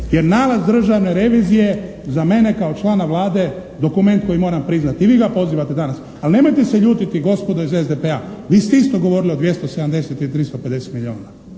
jer nalaz državne revizije za mene kao člana Vlade, dokument koji moram priznati. I vi ga pozivate danas. Ali nemojte se ljutiti gospodo iz SDP-a, vi ste isto govorili o 270 i 350 milijuna.